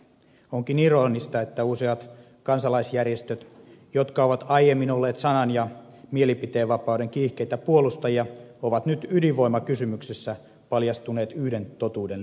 onkin ironista että useat kansalaisjärjestöt jotka ovat aiemmin olleet sanan ja mielipiteenvapauden kiihkeitä puolustajia ovat nyt ydinvoimakysymyksessä paljastuneet yhden totuuden liikkeiksi